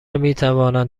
میتوانند